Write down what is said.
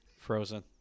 Frozen